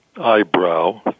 eyebrow